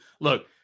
look